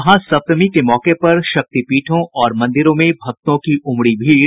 महासप्तमी के मौके पर शक्तिपीठों और मंदिरों में भक्तों की उमड़ी भीड़